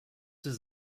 does